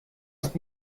ist